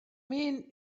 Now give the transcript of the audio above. mean